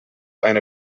eine